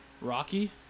Rocky